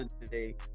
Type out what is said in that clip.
today